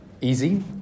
easy